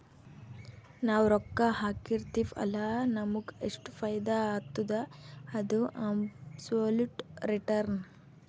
ನಾವ್ ರೊಕ್ಕಾ ಹಾಕಿರ್ತಿವ್ ಅಲ್ಲ ನಮುಗ್ ಎಷ್ಟ ಫೈದಾ ಆತ್ತುದ ಅದು ಅಬ್ಸೊಲುಟ್ ರಿಟರ್ನ್